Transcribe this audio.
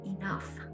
Enough